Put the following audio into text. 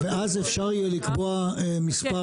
ואז אפשר יהיה לקבוע מספר